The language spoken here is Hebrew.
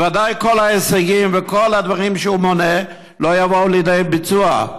בוודאי כל ההישגים וכל הדברים שהוא מונה לא יבואו לידי ביצוע.